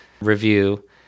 review